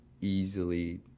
easily